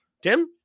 Tim